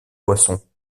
poissons